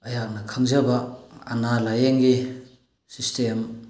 ꯑꯩꯍꯥꯛꯅ ꯈꯪꯖꯕ ꯑꯅꯥ ꯂꯥꯏꯌꯦꯡꯒꯤ ꯁꯤꯁꯇꯦꯝ